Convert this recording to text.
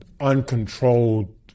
uncontrolled